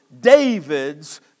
David's